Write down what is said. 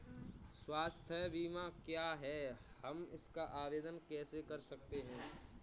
स्वास्थ्य बीमा क्या है हम इसका आवेदन कैसे कर सकते हैं?